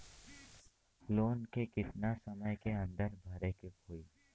Loan के कितना समय के अंदर भरे के होई?